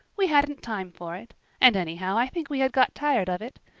we hadn't time for it and anyhow i think we had got tired of it.